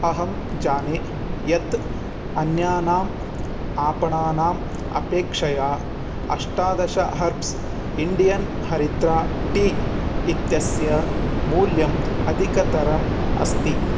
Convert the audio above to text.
अहम् जाने यत् अन्यानाम् आपणानाम् अपेक्षया अष्टादश हर्ब्स् इण्डियन् हरिद्रा टी इत्यस्य मूल्यम् अधिकतरम् अस्ति